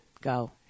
Go